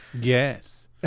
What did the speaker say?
Yes